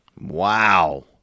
Wow